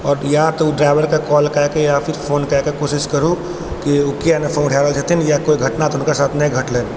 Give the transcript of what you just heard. आब या तऽ ओहि ड्राइवरके कॉल कए के या फेर फोन कए के कोशिश करूँ की ओ किया नहि फोन उठा रहल छथिन या कोई घटना तऽ हुनका साथ नहि घटलनि